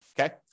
Okay